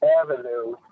avenue